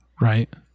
right